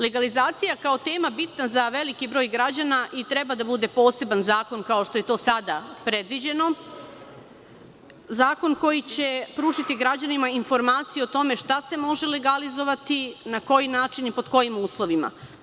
Legalizacija kao tema bitna je za veliki broj građana i treba da bude poseban zakon, kao što je to sada predviđeno, zakon koji će pružiti građanima informaciju o tome šta se može legalizovati, na koji način i pod kojim uslovima.